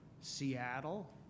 Seattle